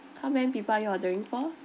how many people are you ordering for